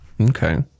Okay